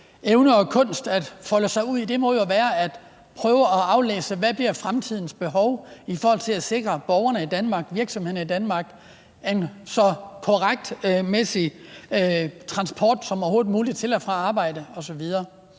Danmark, trods alt være at prøve at aflæse, hvad fremtidens behov bliver i forhold til at sikre borgerne i Danmark og virksomhederne i Danmark en så korrekt transport som overhovedet muligt til og fra arbejde osv.